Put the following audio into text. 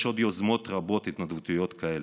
יש עוד יוזמות רבות התנדבותיות כאלה.